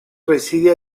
reside